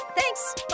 Thanks